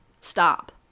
Stop